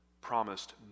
promised